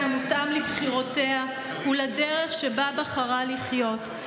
המותאם לבחירותיה ולדרך שבה בחרה לחיות.